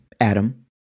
Adam